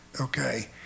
Okay